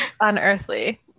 unearthly